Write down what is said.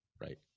Right